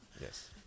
Yes